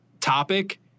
topic